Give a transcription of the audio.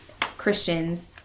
Christians